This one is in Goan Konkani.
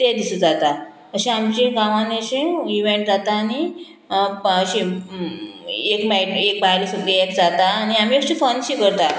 तें दिसूं जाता अशें आमचें गांवांनी अशें इवेंट जाता आनी अशीं एक मेळटा एक बायलें सगलीं एक जाता आनी आमी अशी फनशी करता